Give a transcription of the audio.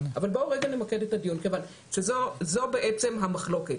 נמקד את הדיון כיוון שזו בעצם המחלוקת.